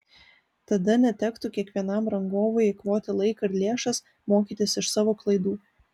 tada netektų kiekvienam rangovui eikvoti laiką ir lėšas mokytis iš savo klaidų